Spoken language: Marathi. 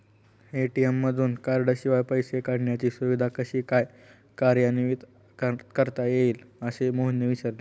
ए.टी.एम मधून कार्डशिवाय पैसे काढण्याची सुविधा कशी काय कार्यान्वित करता येईल, असे मोहनने विचारले